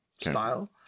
style